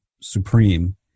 supreme